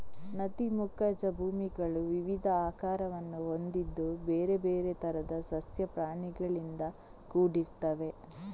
ನದಿ ಮುಖಜ ಭೂಮಿಗಳು ವಿವಿಧ ಆಕಾರವನ್ನು ಹೊಂದಿದ್ದು ಬೇರೆ ಬೇರೆ ತರದ ಸಸ್ಯ ಪ್ರಾಣಿಗಳಿಂದ ಕೂಡಿರ್ತವೆ